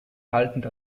haltend